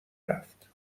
رفت